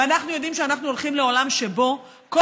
אנחנו יודעים שאנחנו הולכים לעולם שבו כל